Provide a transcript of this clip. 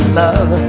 love